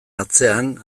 atzean